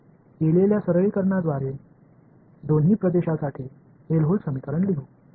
எனவே இந்த எளிமைப்படுத்தல்கள் மூலம் இரு பகுதிகளுக்கும் ஹெல்ம்ஹோல்ட்ஸ் சமன்பாடுகளை எழுதுவோம்